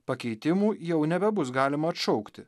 pakeitimų jau nebebus galima atšaukti